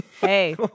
Hey